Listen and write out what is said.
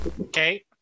Okay